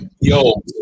yo